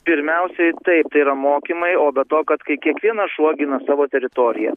pirmiausiai taip tai yra mokymai o be to kad kai kiekvienas šuo gina savo teritoriją